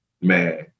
man